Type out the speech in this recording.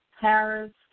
Harris